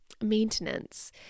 maintenance